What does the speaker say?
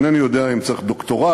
אינני יודע אם צריך דוקטורט,